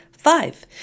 Five